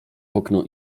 okno